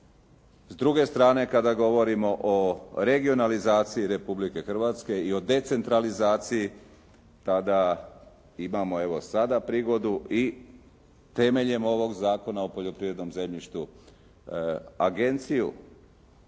s druge strane kada govorimo o regionalizaciji Republike Hrvatske i o decentralizaciji, tada imamo evo sada prigodu i temeljem ovog Zakona o poljoprivrednom zemljištu Agenciju